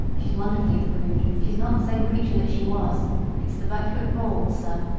she's wonderfully improved she's not the same creature that she was it's the birtwick balls, sir,